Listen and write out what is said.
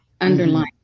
underline